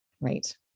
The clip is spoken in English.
Right